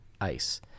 ice